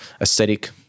aesthetic